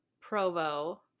Provo